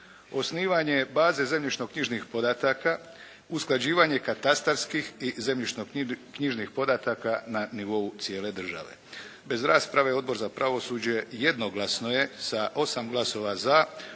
osnivanje baze zemljišnoknjižnih podataka, usklađivanje katastarskih i zemljišnoknjižnih podataka na nivou cijele države. Bez rasprave Odbor za pravosuđe jednoglasno je sa 8 glasova za